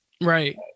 right